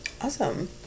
Awesome